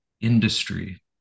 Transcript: industry